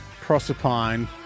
Proserpine